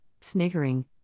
sniggering